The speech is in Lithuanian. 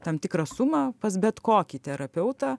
tam tikrą sumą pas bet kokį terapeutą